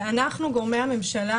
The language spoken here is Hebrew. ואנחנו גורמי הממשלה